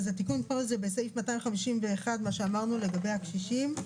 התיקון פה זה בסעיף 251, מה שאמרנו לגבי הקשישים.